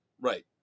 Right